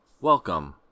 Welcome